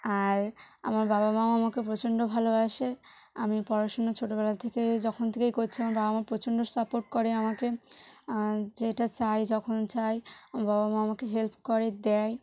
আর আমার বাবা মাও আমাকে প্রচণ্ড ভালোবাসে আমি পড়াশোনা ছোটবেলা থেকে যখন থেকেই করছি আমার বাবা মা প্রচণ্ড সাপোর্ট করে আমাকে যেটা চাই যখন চাই আমার বাবা মা আমাকে হেল্প করে দেয়